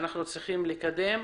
שאנחנו צריכים לקדם.